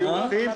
היו לא מחולקים.